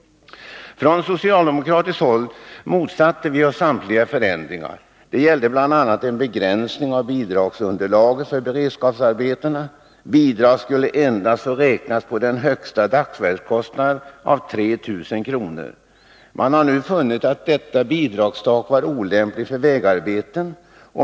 Från socialdemokratiskt håll motsatte vi oss samtliga förändringar. Det gällde bl.a. en begränsning av bidragsunderlaget för beredskapsarbetena. Bidrag skulle endast få räknas på en högsta dagsverkskostnad av 3 000 kr. Man har nu funnit att detta bidragstak är olämpligt för vägarbeten.